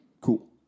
Cool